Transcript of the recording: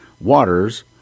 Waters